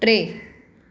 टे